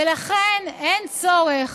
ולכן אין צורך